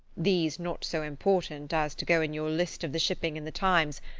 these not so important as to go in your list of the shipping in the times,